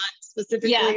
specifically